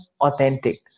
authentic